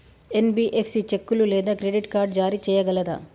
NBFC చెక్కులు లేదా credit card జారీ చేయగలదా?